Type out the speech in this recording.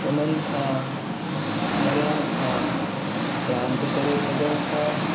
उन्हनि सां परियां खां रांदि करे सघूं था